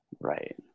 right